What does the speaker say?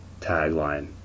tagline